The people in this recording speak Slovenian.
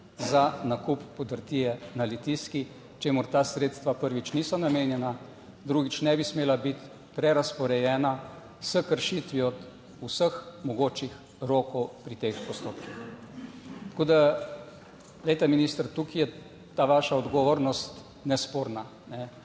za nakup podrtije na Litijski, čemur ta sredstva, prvič, niso namenjena, drugič ne bi smela biti prerazporejena s kršitvijo vseh mogočih rokov pri teh postopkih. Tako da, glejte minister, tukaj je ta vaša odgovornost nesporna.